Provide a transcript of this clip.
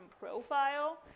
profile